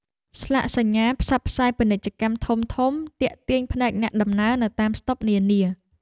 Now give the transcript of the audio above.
ស្លាកសញ្ញាផ្សព្វផ្សាយពាណិជ្ជកម្មធំៗទាក់ទាញភ្នែកអ្នកដំណើរនៅតាមស្តុបនានា។